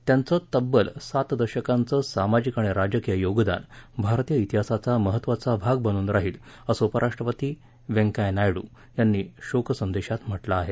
त्यांचं तब्बल सात दशकांचं सामाजिक आणि राजकीय योगदान भारतीय तिहासाचा महत्वाचा भाग बनून राहील असं उपराष्ट्रपती नायडू यांनी शोकसंदेशात म्हटलं आहे